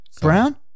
Brown